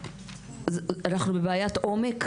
אנחנו בבעיית עומק,